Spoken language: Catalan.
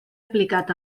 aplicat